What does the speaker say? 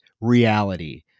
reality